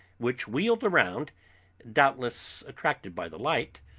which wheeled round doubtless attracted by the light,